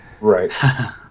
Right